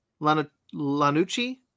Lanucci